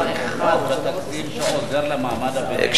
אתה